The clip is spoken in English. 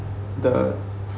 the